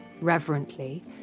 reverently